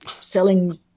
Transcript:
selling